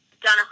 done